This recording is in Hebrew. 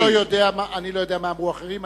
אני לא יודע מה אמרו האחרים,